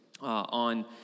on